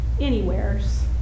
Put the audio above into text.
anywheres